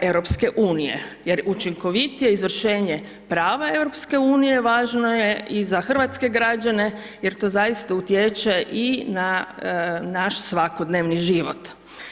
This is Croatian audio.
EU-a jer učinkovitije izvršenje prava EU-a važno je i za hrvatske građane jer to zaista utječe i na naš svakodnevni život.